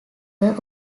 were